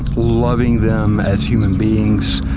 loving them as human beings,